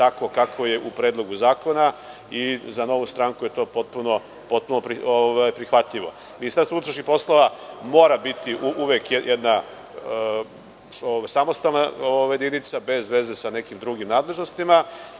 takvo kakvo je u Predlogu zakona. Za Novu stranku je to potpuno prihvatljivo. Ministarstvo unutrašnjih poslova mora biti uvek jedna samostalna jedinica, bez veze sa nekim drugim nadležnostima.